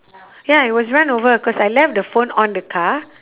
ya it was run over cause I left the phone on the car